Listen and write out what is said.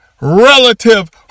relative